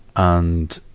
ah and,